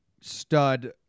stud